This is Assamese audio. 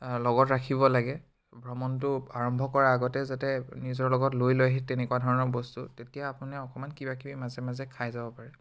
লগত ৰাখিব লাগে ভ্ৰমণটো আৰম্ভ কৰাৰ আগতে যাতে নিজৰ লগত লৈ লয় সেই তেনেকুৱা ধৰণৰ বস্তু তেতিয়া আপুনি অকণমান কিবা কিবি মাজে মাজে খাই যাব পাৰে